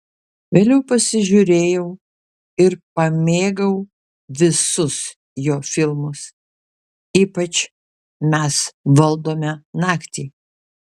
vėliau pasižiūrėjau ir pamėgau visus jo filmus ypač mes valdome naktį